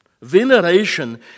veneration